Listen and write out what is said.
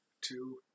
Two